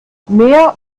mehr